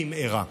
במהרה.